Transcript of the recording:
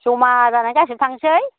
जमा जाना गासिबो थांसै